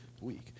week